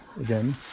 again